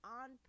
on